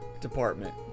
department